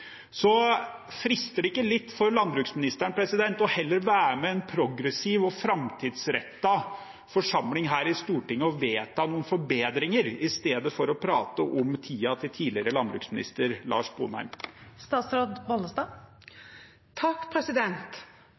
Frister det ikke litt for landbruksministeren heller å være med i en progressiv og framtidsrettet forsamling her i Stortinget og vedta noen forbedringer, i stedet for å prate om tiden til tidligere landbruksminister Lars